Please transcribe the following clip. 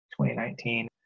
2019